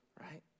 right